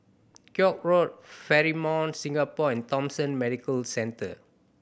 Koek Road Fairmont Singapore and Thomson Medical Centre